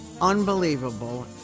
Unbelievable